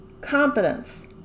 Competence